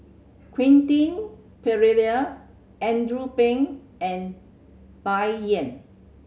Quentin Pereira Andrew Phang and Bai Yan